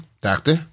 doctor